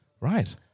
Right